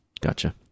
Gotcha